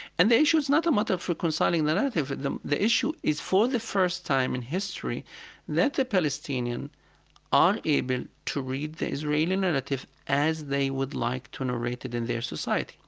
and the issue is not a matter of reconciling the narrative. the the issue is for the first time in history that the palestinian are able to read the israeli narrative as they would like to narrate it in their society.